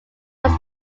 was